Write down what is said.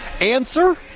answer